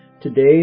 Today